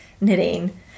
knitting